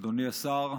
אדוני השר,